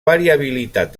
variabilitat